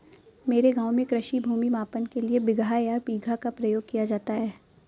मेरे गांव में कृषि भूमि मापन के लिए बिगहा या बीघा का प्रयोग किया जाता है